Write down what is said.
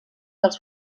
dels